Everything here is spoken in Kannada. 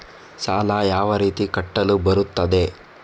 ಸಾಲ ಯಾವ ರೀತಿ ಕಟ್ಟಲು ಬರುತ್ತದೆ?